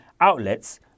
outlets